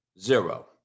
Zero